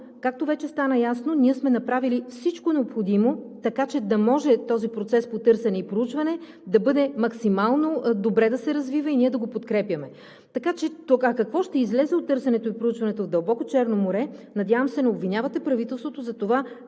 както вече стана ясно, ние сме направили всичко необходимо, така че да може този процес по търсене и проучване максимално добре да се развива и ние да го подкрепяме. А какво ще излезе от търсенето и проучването в дълбоко Черно море, надявам се, че не обвинявате правителството за това